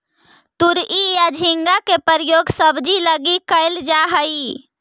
तुरई या झींगा के प्रयोग सब्जी लगी कैल जा हइ